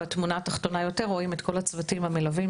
בתמונה התחתונה יותר רואים את כל הצוותים המלווים.